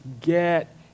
get